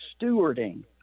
stewarding